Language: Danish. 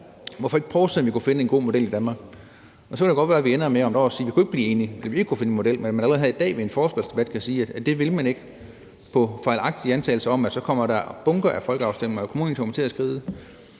Hvorfor ikke prøve at se, om vi kunne finde en god model i Danmark? Så kan det godt være, at vi ender med om et år at sige: Vi kunne ikke blive enige, vi kunne ikke finde en model. Men til det, at man allerede her i dag ved en forespørgselsdebat kan sige, at det vil man ikke – bygget på fejlagtige antagelser om, at så kommer der bunker af folkeafstemninger, og at det kommer til at skride